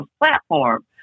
platform